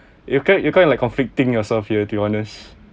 you kind you kind of like conflicting yourself to be honest